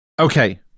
Okay